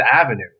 Avenue